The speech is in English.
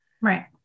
Right